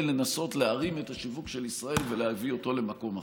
לנסות להרים את השיווק של ישראל ולהביא אותו למקום אחר.